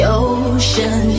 ocean